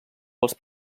pels